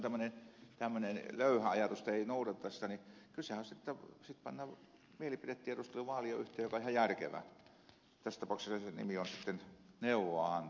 jos on tämmöinen löyhä ajatus että ei noudateta tulosta niin kysehän on siitä jotta sitten pannaan mielipidetiedustelu vaalien yhteyteen joka on ihan järkevä ja tässä tapauksessa sen nimi on neuvoa antava